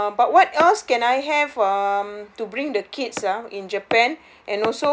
uh but what else can I have um to bring the kids ah in japan